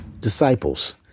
disciples